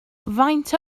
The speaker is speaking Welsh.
faint